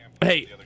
hey